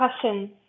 question